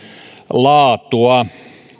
laatua